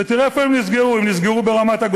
ותראה איפה הם נסגרו: הם נסגרו ברמת-הגולן,